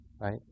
right